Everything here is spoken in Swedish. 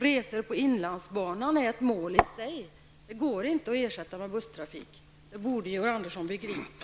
Resor på inlandsbanan är nämligen ett mål i sig. Det går inte att ersätta dem med busstrafik. Det borde Georg Andersson begripa.